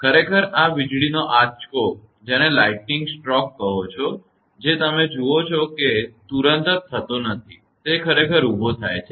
ખરેખર આ વીજળીનો આંચકો જે તમે જુઓ તે તુરંત જ થતો નથી તે ખરેખર ઊભો થાય છે